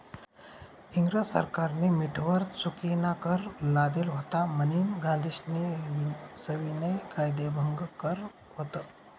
इंग्रज सरकारनी मीठवर चुकीनाकर लादेल व्हता म्हनीन गांधीजीस्नी सविनय कायदेभंग कर व्हत